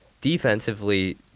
defensively